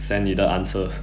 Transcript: send 你的 answers